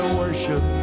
worship